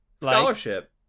scholarship